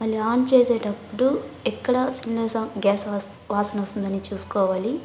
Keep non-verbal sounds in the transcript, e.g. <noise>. మళ్లి ఆన్ చేసేటప్పుడు ఎక్కడ <unintelligible> గ్యాస్ వాస్ వాసన వస్తుందని చూసుకోవాలి